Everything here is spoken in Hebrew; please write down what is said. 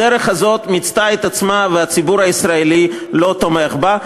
הדרך הזאת מיצתה את עצמה והציבור הישראלי לא תומך בה.